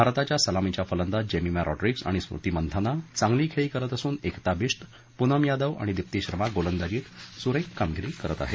भारताच्या सलामीच्या फलंदाज जेमिमा रॉड्रीग्ज आणि स्मृती मंथाना चांगली खेळी करत असून एकता बिश्त पूनम यादव आणि दिपी शर्मा गोलंदाजीत सुरेख कामगिरी करत आहेत